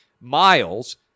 Miles